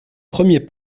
premier